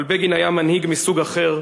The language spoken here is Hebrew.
אבל בגין היה מנהיג מסוג אחר,